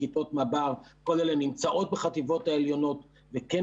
כיתות מב"ר - כל אלה נמצאות בחטיבות העליונות וכן